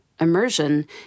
immersion